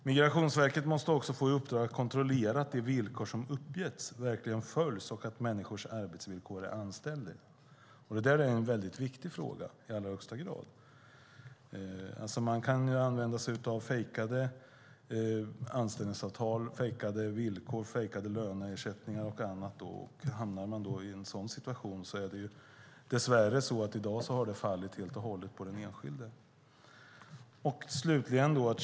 Migrationsverket måste också få i uppdrag att kontrollera att de villkor som uppgetts verkligen följs och att människor får anständiga arbetsvillkor. Det är en i allra högsta grad viktig fråga. Företag kan använda sig av fejkade anställningsavtal, villkor, löner, ersättningar och så vidare. Om en arbetstagare hamnar i en sådan situation är det i dag dess värre så att det faller på den enskilde att hantera.